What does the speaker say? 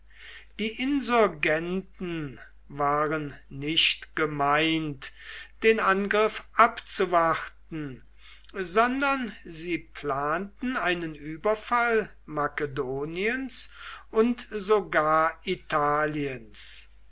die insurgenten waren nicht gemeint den angriff abzuwarten sondern sie planten einen überfall makedoniens und sogar italiens